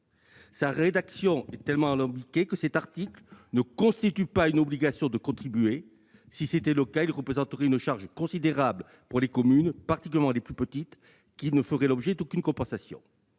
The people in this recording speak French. sa rédaction est tellement alambiquée que le dispositif de cet article ne constitue pas une obligation de contribuer. Si tel était le cas, cela représenterait une charge considérable pour les communes, particulièrement les plus petites, qui ne ferait l'objet d'aucune compensation.